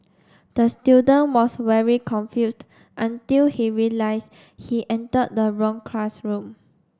the student was very confused until he realised he entered the wrong classroom